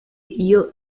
iyo